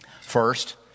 First